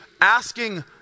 asking